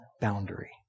boundary